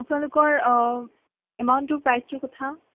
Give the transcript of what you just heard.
আপোনালোকৰ এমাউণ্টটোৰ প্ৰাইচটোৰ কথা